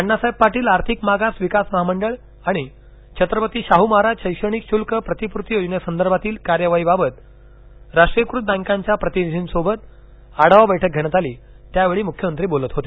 अण्णासाहेब पाटील आर्थिक मागास विकास महामंडळ आणि छत्रपती शाहू महाराज शैक्षणिक शुल्क प्रतिपूर्ती योजनेसंदर्भातील कार्यवाहीबाबत राष्ट्रीयकृत बैंकांच्या प्रतिनिधींसोबत आढावा बैठक घेण्यात आली त्यावेळी मुख्यमंत्री बोलत होते